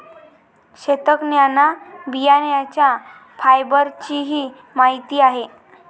शेतकऱ्यांना बियाण्यांच्या फायबरचीही माहिती आहे